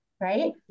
right